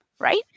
Right